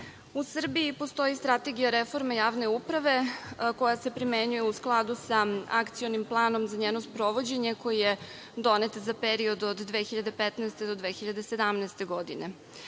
U Srbiji postoji Strategija reforme javne uprave koja se primenjuje u skladu sa Akcionim planom za njeno sprovođenje koji je donet za period od 2015. do 2017. godine.